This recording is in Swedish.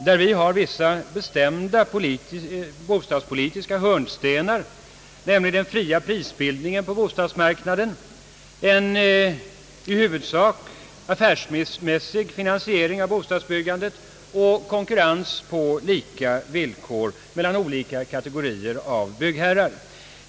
Däri ingår vissa bestämda bostadspolitiska hörnstenar, nämligen fri prisbildning på bostadsmarknaden, en i huvudsak affärsmässig finansiering av bostadsbyggandet och konkurrens på lika villkor mellan olika kategorier av byggherrar.